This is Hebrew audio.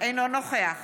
אינו נוכח